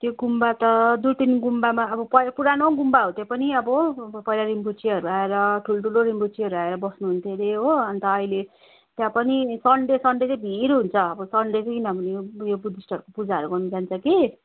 त्यो गुम्बा त दुर्पिन गुम्बामा अब पै पुरानो गुम्बा हो त्यो पनि अब प पहिला रिम्पोचेहरू आएर ठुल्ठुलो रिम्पोचेहरू आएर बस्नुहुन्थ्यो अरे हो अन्त अहिले त्यहाँ पनि सन्डे सन्डे चाहिँ भिड हुन्छ अब सन्डे चाहिँ किनभने उयो बुद्धिस्टहरूको पूजाहरू गर्नु जान्छ कि